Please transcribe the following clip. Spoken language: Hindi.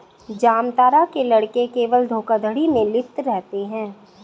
जामतारा के लड़के केवल धोखाधड़ी में लिप्त रहते हैं